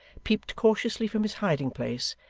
peeped cautiously from his hiding-place,